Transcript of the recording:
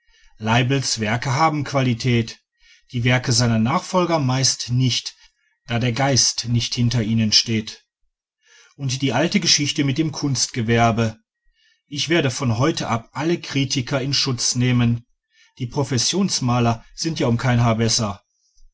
werke haben qualität die werke seiner nachfolger meist nicht da der geist nicht hinter ihnen steht und die alte geschichte mit dem kunstgewerbe ich werde von heute ab alle kritiker in schutz nehmen die professionsmaler sind ja um kein haar besser